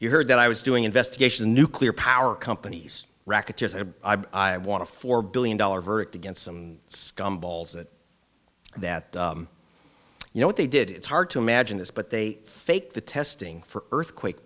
you heard that i was doing investigations nuclear power companies racketeers a i want a four billion dollar verdict against some scum balls that that you know what they did it's hard to imagine this but they fake the testing for earthquake